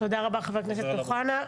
תודה רבה, חבר הכנסת אוחנה.